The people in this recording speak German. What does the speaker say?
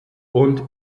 und